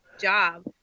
job